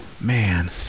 Man